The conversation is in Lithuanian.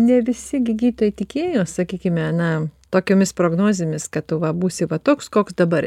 ne visi gi gytoj tikėjo sakykime ane tokiomis prognozėmis kad tu va būsi toks koks dabar